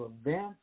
events